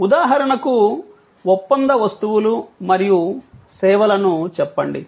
ఉదాహరణకు ఒప్పంద వస్తువులు మరియు సేవలను చెప్పండి